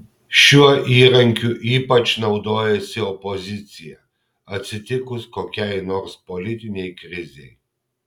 šiuo įrankiu ypač naudojasi opozicija atsitikus kokiai nors politinei krizei